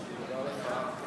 תודה רבה.